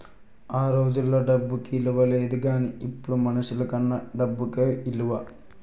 ఆ రోజుల్లో డబ్బుకి ఇలువ లేదు గానీ ఇప్పుడు మనుషులకన్నా డబ్బుకే ఇలువ